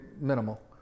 minimal